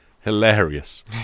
Hilarious